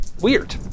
Weird